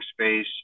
space